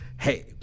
hey